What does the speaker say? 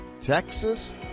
texas